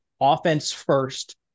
offense-first